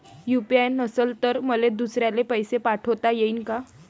UPI नसल तर मले दुसऱ्याले पैसे पाठोता येईन का?